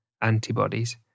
antibodies